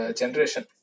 generation